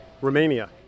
Romania